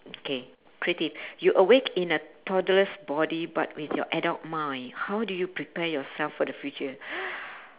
okay pretty you awake in a toddler's body but with your adult mind how do you prepare yourself for the future